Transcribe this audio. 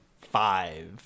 five